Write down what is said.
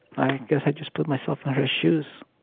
i guess i just put myself in her shoes.